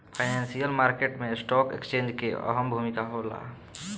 financial market में stock exchange के अहम भूमिका होला